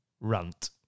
Rant